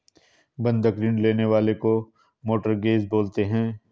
बंधक ऋण लेने वाले को मोर्टगेजेर बोलते हैं